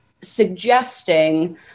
suggesting